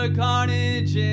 carnage